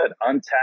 Untapped